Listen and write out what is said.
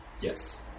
Yes